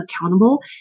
accountable